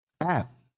app